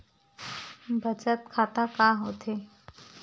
बचत खाता का होथे?